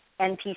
NPC